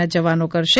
ના જવાનો કરશે